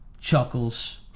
chuckles